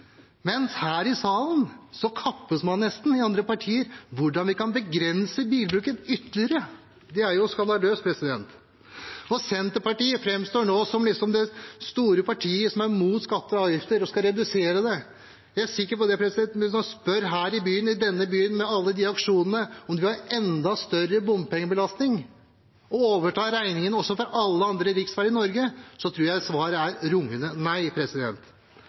mens her i salen kappes man nesten med andre partier om hvordan man kan begrense bilbruken ytterligere. Det er skandaløst. Senterpartiet framstår nå som det store partiet som er imot skatter og avgifter og skal redusere dem. Jeg er sikker på at hvis man spør folk her i denne byen, med alle de aksjonene, om de ønsker enda større bompengebelastning og også å overta regningen for alle andre riksveier i Norge, er svaret et rungende nei.